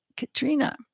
Katrina